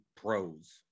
pros